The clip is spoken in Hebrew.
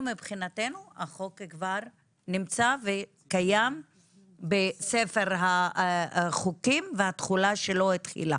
שמבחינתנו החוק נמצא וקיים בספר החוקים והתחולה שלו התחילה